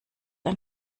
ein